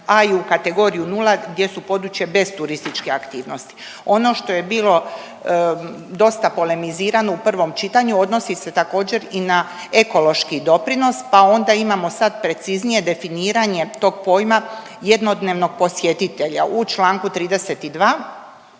a i u kategoriju nula gdje su područje bez turističke aktivnosti. Ono što je bilo dosta polemizirano u prvom čitanju odnosi se također i na ekološki doprinos, pa onda imamo sad preciznije definiranje tog pojma jednodnevnog posjetitelja u članku 32.